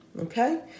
Okay